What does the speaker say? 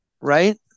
Right